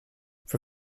for